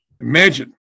Imagine